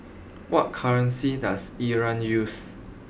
what currency does Iran use